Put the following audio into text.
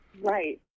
Right